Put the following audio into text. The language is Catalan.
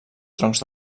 troncs